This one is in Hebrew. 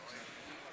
כן,